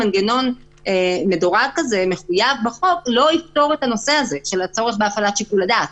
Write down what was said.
קביעה בחוק של מנגנון מדורג לא יפתור את הנושא של הפעלת שיקול הדעת.